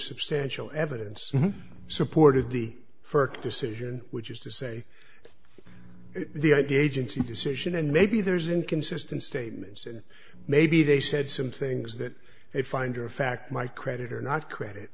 substantial evidence supported d for decision which is to say the idea agency decision and maybe there's inconsistent statements and maybe they said some things that they find are fact my credit or not credit